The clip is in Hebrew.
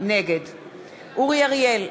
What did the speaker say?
נגד אורי אריאל,